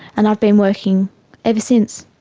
and i've been working ever since.